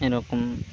এরকম